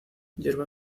hierba